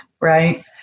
right